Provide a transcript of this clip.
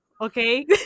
okay